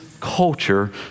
culture